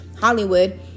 Hollywood